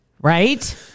Right